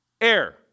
air